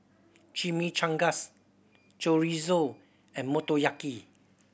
Chimichangas Chorizo and Motoyaki